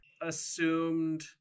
assumed